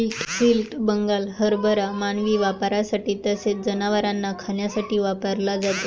split Bengal हरभरा मानवी वापरासाठी तसेच जनावरांना खाण्यासाठी वापरला जातो